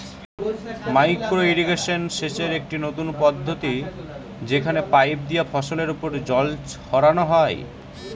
micro irrigation সেচের একটি নতুন পদ্ধতি যেখানে পাইপ দিয়া ফসলের ওপর জল ছড়ানো হয়